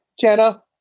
Kenna